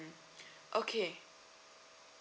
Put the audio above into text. okay